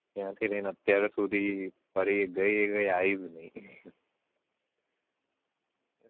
ત્યારથી લઈને અત્યાર સુધી ફરી ગઈ એ આવી જ નહીં